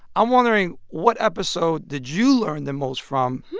i'm wondering, what episode did you learn the most from?